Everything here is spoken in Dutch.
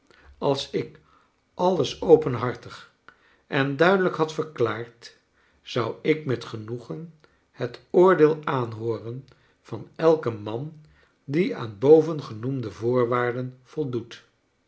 als ik alles openhartig en duidelijk had verklaard zou ik met genoegen het oordeel aanhooren van elken man die aan bovengenoemde voorwaarden voldoet